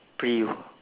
pre-U